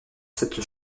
cette